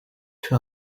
fait